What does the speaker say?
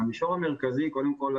קודם כל,